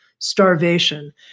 starvation